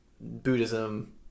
Buddhism